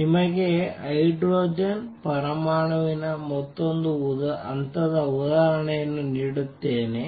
ನಿಮಗೆ ಹೈಡ್ರೋಜನ್ ಪರಮಾಣುವಿನ ಮತ್ತೊಂದು ಹಂತದ ಉದಾಹರಣೆಯನ್ನು ನೀಡುತ್ತೇನೆ